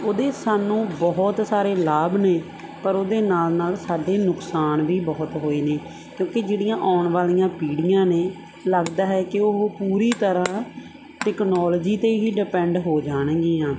ਉਹਦੇ ਸਾਨੂੰ ਬਹੁਤ ਸਾਰੇ ਲਾਭ ਨੇ ਪਰ ਉਹਦੇ ਨਾਲ ਨਾਲ ਸਾਡੇ ਨੁਕਸਾਨ ਵੀ ਬਹੁਤ ਹੋਏ ਨੇ ਕਿਉਂਕਿ ਜਿਹੜੀਆਂ ਆਉਣ ਵਾਲੀਆਂ ਪੀੜ੍ਹੀਆਂ ਨੇ ਲੱਗਦਾ ਹੈ ਕਿ ਉਹ ਪੂਰੀ ਤਰ੍ਹਾਂ ਟੈਕਨੋਲਜੀ 'ਤੇ ਹੀ ਡਿਪੈਂਡ ਹੋ ਜਾਣਗੀਆਂ